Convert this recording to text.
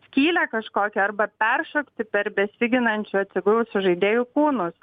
skylę kažkokią arba peršokti per besiginančių atsigulusių žaidėjų kūnus